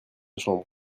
chambre